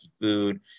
food